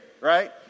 right